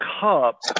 cup